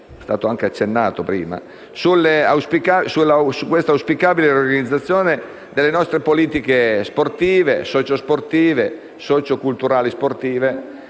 (e vi ho già accennato prima) su questa auspicabile riorganizzazione delle nostre politiche sportive, socio sportive, socio culturali sportive.